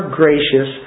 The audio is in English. gracious